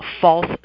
false